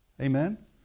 Amen